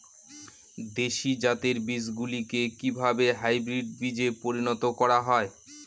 দেশি জাতের বীজগুলিকে কিভাবে হাইব্রিড বীজে পরিণত করা হয়?